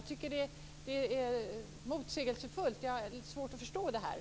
Det är motsägelsefullt. Jag har lite svårt att förstå detta.